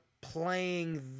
playing